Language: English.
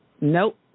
Nope